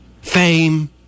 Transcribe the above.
fame